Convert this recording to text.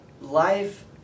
life